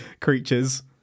creatures